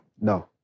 No